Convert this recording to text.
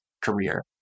career